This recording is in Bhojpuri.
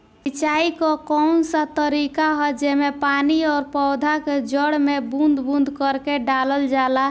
सिंचाई क कउन सा तरीका ह जेम्मे पानी और पौधा क जड़ में बूंद बूंद करके डालल जाला?